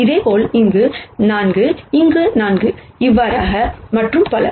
இதேபோல் இங்கே 4 இங்கே 4 இவ்வாறாக மற்றும் பல